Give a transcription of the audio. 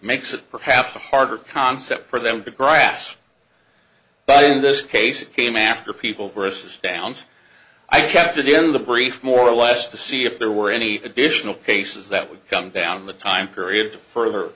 makes it perhaps a hard concept for them to grasp but in this case it came after people versus downs i kept it in the brief more or less to see if there were any additional cases that would come down the time period to further